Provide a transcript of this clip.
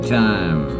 time